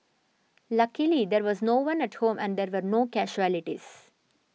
luckily there was no one at home and there were no casualties